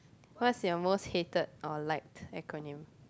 what's your most hated or liked acronym